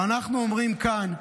ואנחנו אומרים כאן,